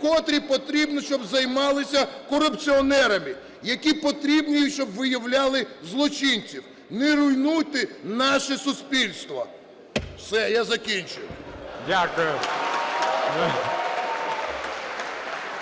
котрі потрібні, щоб займатися корупціонерами, які потрібні, щоб виявляти злочинців. Не руйнуйте наше суспільство. Все, я закінчив. (Оплески) ГОЛОВУЮЧИЙ. Дякую.